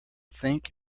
think